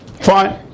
Fine